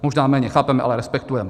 Možná méně chápeme, ale respektujeme.